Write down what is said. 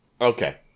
Okay